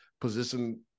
position –